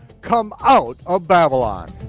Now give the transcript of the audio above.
come out of babylon.